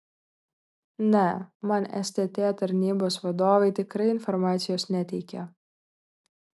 ne man stt tarnybos vadovai tikrai informacijos neteikė